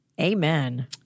Amen